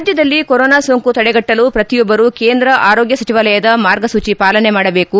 ರಾಜ್ಞದಲ್ಲಿ ಕೊರೊನಾ ಸೋಂಕು ತಡೆಗಟ್ಟಲು ಪ್ರತಿಯೊಬ್ಬರು ಕೇಂದ್ರ ಆರೋಗ್ಯ ಸಚಿವಾಲಯದ ಮಾರ್ಗಸೂಚಿ ಪಾಲನೆ ಮಾಡಬೇಕು